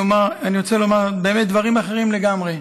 אני רוצה לומר באמת דברים אחרים לגמרי,